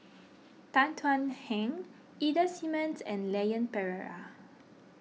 Tan Thuan Heng Ida Simmons and Leon Perera